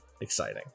exciting